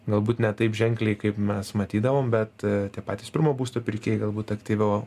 galbūt ne taip ženkliai kaip mes matydavom bet tie patys pirmo būsto pirkėjai galbūt aktyviau